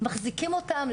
מחזיקים אותם,